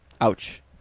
Ouch